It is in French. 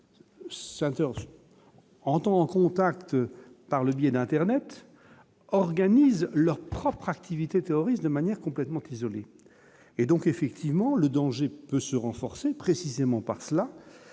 entend en contact par le biais d'Internet organisent leur propre activité terroriste de manière complètement qu'isolé, et donc effectivement le danger se renforcer précisément par cela